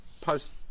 post